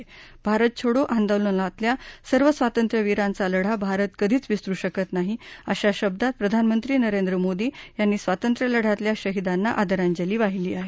भारत छोडो आंदोलनातल्या सर्व स्वातंत्र्यवीरांचा लढा भारत कधीच विसरु शकत नाही अशा शब्दात प्रधानमंत्री नरेंद्र मोदी यांनी स्वातंत्र्यलढयातल्या शहीदांना आदरांजली वाहिली आहे